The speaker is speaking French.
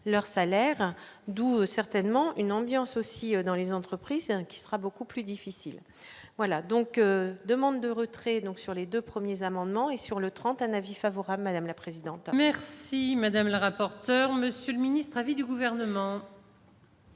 leur salaire d'certainement une ambiance aussi dans les entreprises qui sera beaucoup plus difficile, voilà donc demande de retrait, donc sur les 2 premiers amendements et sur le tremplin, un avis favorable, madame la présidente. Merci madame la rapporteur, Monsieur le Ministre à vie du gouvernement.